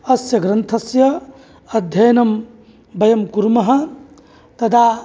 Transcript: अस्य ग्रन्थस्य अध्ययनं वयं कुर्मः तदा